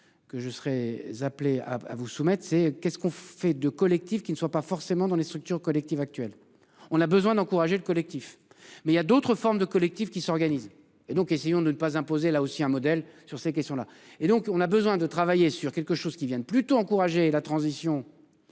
Que je serai appelé à à vous soumettre, c'est qu'est-ce qu'on fait de collectif qui ne soit pas forcément dans des structures collectives actuelles. On a besoin d'encourager le collectif mais il y a d'autres formes de collectif qui s'organise et donc essayons de ne pas imposer là aussi un modèle sur ces questions là et donc on a besoin de travailler sur quelque chose qui vient plutôt encourager la transition.